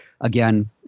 again